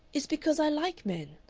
is because i like men.